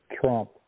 trump